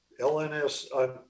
LNS